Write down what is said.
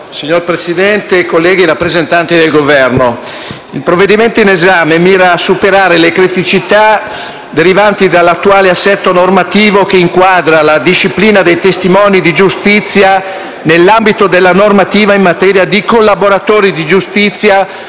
Signor Presidente, colleghi, rappresentanti del Governo, il provvedimento in esame mira a superare le criticità derivanti dall'attuale assetto normativo che inquadra la disciplina dei testimoni di giustizia nell'ambito della normativa in materia di collaboratori di giustizia,